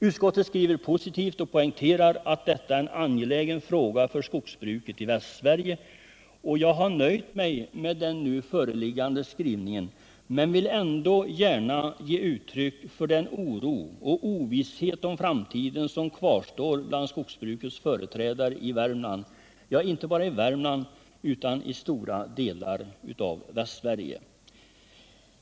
Utskottet skriver positivt och poängterar att detta är en angelägen fråga för skogsbruket i Västsverige. Jag har nöjt mig med den nu föreliggande skrivningen, men jag vill ändå gärna ge uttryck för den oro och ovisshet om framtiden som kvarstår bland skogsbrukets företrädare i Värmland — ja, inte bara i Värmland utan i stora delar av Västsverige.